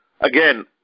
Again